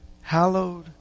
hallowed